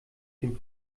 den